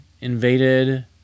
invaded